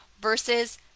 versus